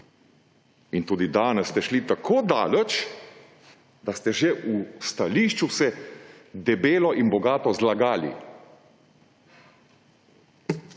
In tudi danes ste šli tako daleč, da ste se že v stališču vse debelo in bogato zlagali.